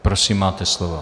Prosím, máte slovo.